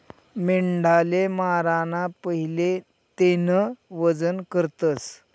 मेंढाले माराना पहिले तेनं वजन करतस